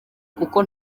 kuko